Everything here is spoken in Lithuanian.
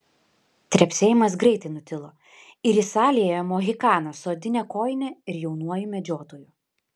trepsėjimas greitai nutilo ir į salę įėjo mohikanas su odine kojine ir jaunuoju medžiotoju